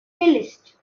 playlist